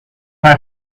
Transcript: hij